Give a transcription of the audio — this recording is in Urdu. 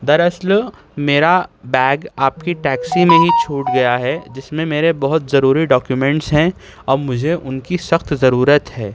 در اصل میرا بیگ آپ کی ٹیکسی میں ہی چھوٹ گیا ہے جس میں میرے بہت ضروری ڈاکیومینٹس ہیں اور مجھے ان کی سخت ضرورت ہے